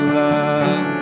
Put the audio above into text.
love